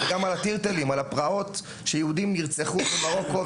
וגם על התריתלים הפרעות ביהודים במרוקו,